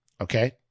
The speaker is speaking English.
Okay